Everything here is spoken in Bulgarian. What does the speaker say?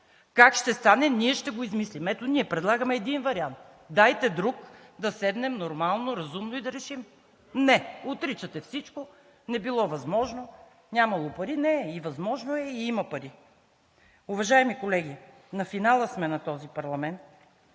Как ще стане? Ние ще го измислим. Ето ние предлагаме един вариант. Дайте друг да седнем нормално, разумно и да решим. Не, отричате всичко – не било възможно, нямало пари. Не, и възможно е, и има пари! Уважаеми колеги, на финала сме на този парламент.